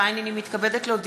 בדבר